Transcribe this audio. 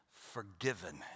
forgiven